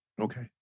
Okay